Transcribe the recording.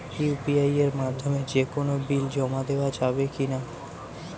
UPI এর মাধ্যমে যে কোনো বিল জমা দেওয়া যাবে কি না?